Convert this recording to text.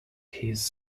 his